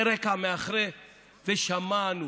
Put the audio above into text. שמענו